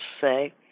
say